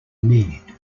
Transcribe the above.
need